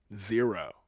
Zero